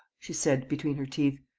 she said, between her teeth.